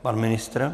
Pan ministr?